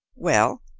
well,